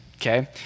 okay